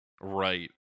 Right